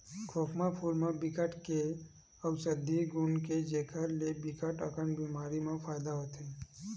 खोखमा फूल म बिकट के अउसधी गुन हे जेखर ले बिकट अकन बेमारी म फायदा होथे